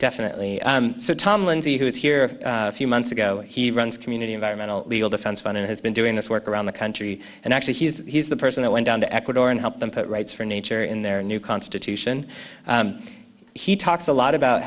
definitely so tom lindsey who is here a few months ago he runs community environmental legal defense fund and has been doing this work around the country and actually he's the person i went down to ecuador and help them put rights for nature in their new constitution he talks a lot about